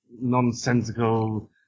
nonsensical